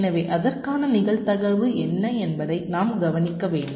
எனவே அதற்கான நிகழ்தகவு என்ன என்பதை நாம் கவனிக்க வேண்டும்